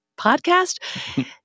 podcast